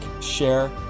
share